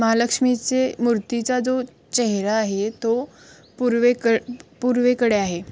महालक्ष्मीचे मूर्तीचा जो चेहरा आहे तो पूर्वे क पूर्वेकडे आहे